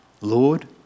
Lord